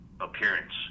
appearance